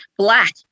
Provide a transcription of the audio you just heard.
Black